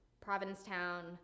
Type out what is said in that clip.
Provincetown